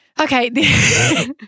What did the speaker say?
okay